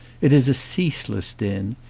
it is a cease less din.